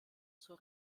zur